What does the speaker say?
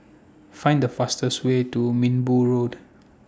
Find The fastest Way to Minbu Road